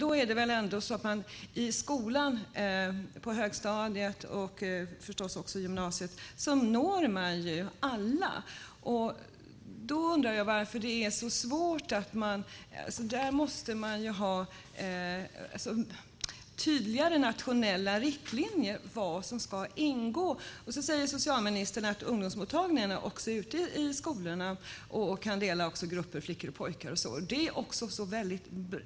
I skolan, på högstadiet och i gymnasiet, når man ju alla. Då undrar jag varför det är så svårt. Där måste man ha tydligare nationella riktlinjer för vad som ska ingå. Socialministern säger att ungdomsmottagningarna är ute i skolorna och delar upp det i grupper med flickor och med pojkar.